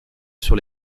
sur